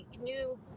new